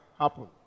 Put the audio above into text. happen